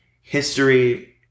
history